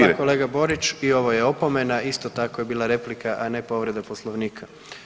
Hvala kolega Borić i ovo je opomena, isto tako je bila replika, a ne povreda Poslovnika.